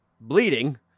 bleeding